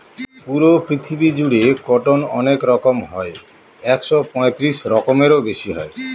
পুরো পৃথিবী জুড়ে কটন অনেক রকম হয় একশো পঁয়ত্রিশ রকমেরও বেশি হয়